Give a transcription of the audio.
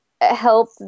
help